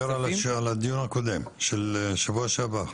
אתה מדבר על הדיון הקודם, של השבוע שעבר?